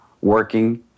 working